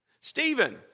Stephen